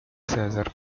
césar